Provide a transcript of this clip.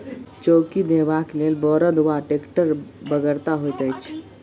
चौकी देबाक लेल बड़द वा टेक्टरक बेगरता होइत छै